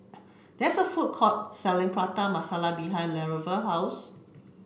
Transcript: there is a food court selling Prata Masala behind Lavera's house